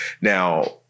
Now